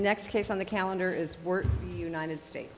next case on the calendar is were united states